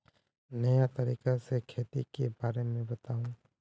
नया तरीका से खेती के बारे में बताऊं?